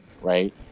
right